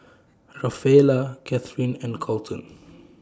Rafaela Cathrine and Kolton